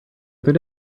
other